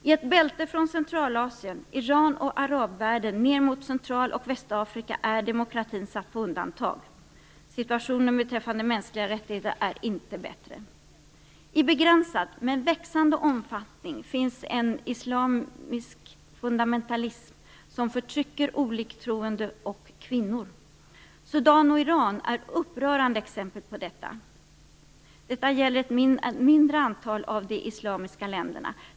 I ett bälte från Centralasien, Iran och arabvärlden ner mot Central och Västafrika är demokratin satt på undantag. Situationen för mänskliga rättigheter är inte bättre. I begränsad, men växande, omfattning finns en islamisk fundamentalism som förtrycker oliktroende och kvinnor. Sudan och Iran är upprörande exempel på detta. Det gäller i ett mindre antal av de islamiska länderna.